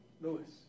Lewis